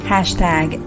Hashtag